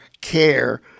care